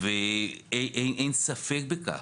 אין ספק בכך.